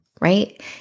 right